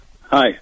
Hi